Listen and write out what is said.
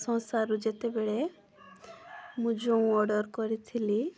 ସଂସାରରୁ ଯେତେବେଳେ ମୁଁ ଯେଉଁ ଅର୍ଡ଼ର୍ କରିଥିଲି